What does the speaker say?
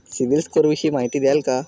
CIBIL score विषयी माहिती द्याल का?